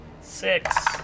six